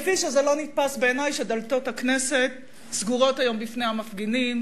כפי שזה לא נתפס בעיני שדלתות הכנסת סגורות היום בפני המפגינים,